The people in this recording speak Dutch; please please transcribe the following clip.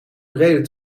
bereden